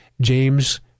James